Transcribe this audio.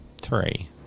Three